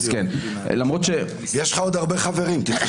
יש לך עוד הרבה חברים שרוצים לדבר.